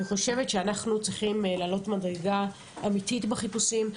אני חושבת שאנחנו צריכים להעלות מדרגה אמיתית בחיפושים.